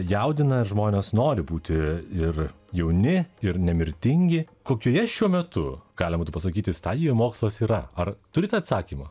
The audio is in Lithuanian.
jaudina žmonės nori būti ir jauni ir nemirtingi kokioje šiuo metu galima būtų pasakyti stadijoje mokslas yra ar turite atsakymą